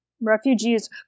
Refugees